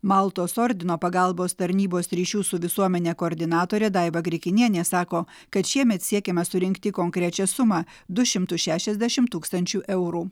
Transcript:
maltos ordino pagalbos tarnybos ryšių su visuomene koordinatorė daiva grikinienė sako kad šiemet siekiama surinkti konkrečią sumą du šimtus šešiasdešim tūkstančių eurų